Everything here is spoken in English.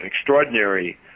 extraordinary